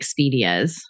Expedias